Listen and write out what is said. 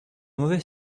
mauvais